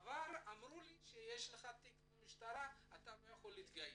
אבל אמרו לי שיש לי תיק במשטרה ואני לא יכול להתגייס"